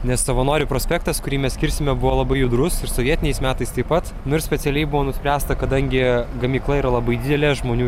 nes savanorių prospektas kurį mes kirsime buvo labai judrus ir sovietiniais metais taip pat nu ir specialiai buvo nuspręsta kadangi gamykla yra labai didelė žmonių